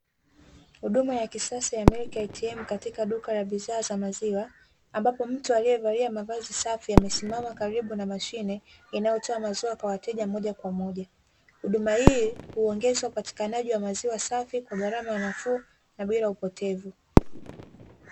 Huduma ya kisasa ya 'milk ATM' katika duka la bidhaa za maziwa ambapo mtu aliyevalia mavazi safi amesimama karibu na mashine inayotoa maziwa kwa wateja moja kwa moja, huduma hii huongeza upatikanaji wa maziwa safi kwa gharama nafuu na bila upotevu.